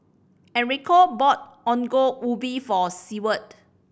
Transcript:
Enrico bought Ongol Ubi for Seward